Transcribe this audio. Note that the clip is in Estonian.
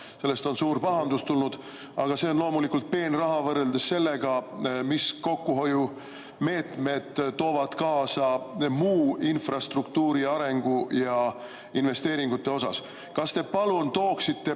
Sellest on suur pahandus tulnud, aga see on loomulikult peenraha võrreldes sellega, mis kokkuhoiumeetmed toovad kaasa muu infrastruktuuri arengule ja investeeringutele. Kas te palun tooksite